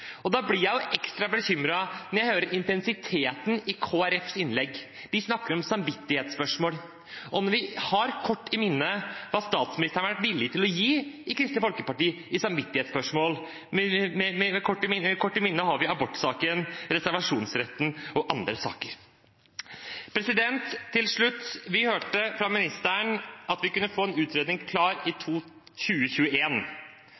seg. Da blir jeg ekstra bekymret når jeg hører intensiteten i Kristelig Folkepartis innlegg. De snakker om samvittighetsspørsmål. Vi har friskt i minne hva statsministeren har vært villig til å gi Kristelig Folkeparti i samvittighetsspørsmål – friskt i minne har vi abortsaken, reservasjonsretten og andre saker. Til slutt: Vi hørte fra ministeren at vi kunne få klar en utredning i